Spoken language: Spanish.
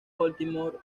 baltimore